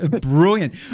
brilliant